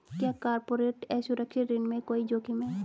क्या कॉर्पोरेट असुरक्षित ऋण में कोई जोखिम है?